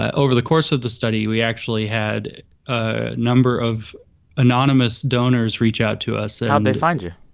ah over the course of the study, we actually had a number of anonymous donors reach out to us. and. how'd they find you?